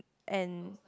and